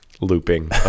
looping